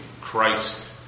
Christ